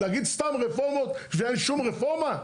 להגיד סתם רפורמות ואין שום רפורמה?